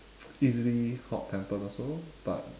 easily hot tempered also but